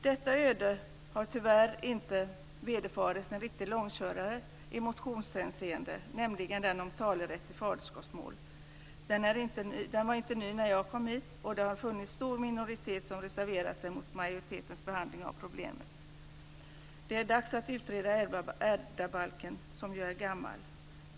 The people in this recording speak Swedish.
Detta öde har tyvärr inte vederfarits en i motionshänseende riktig långkörare, nämligen den om talerätt i faderskapsmål. Den var inte ny när jag kom in i riksdagen, och det har varit en stor minoritet som reserverat sig mot majoritetens behandling av problemet. Det är dags att utreda ärvdabalken, som ju är gammal.